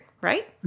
right